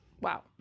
wow